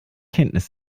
kenntnis